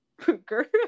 poker